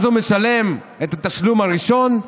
אז הוא משלם את התשלום הראשון,